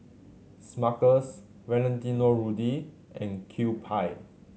Smuckers Valentino Rudy and Kewpie